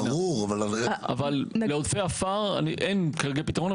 אבל לעודפי עפר אין כרגע פתרון.